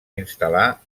instal·lar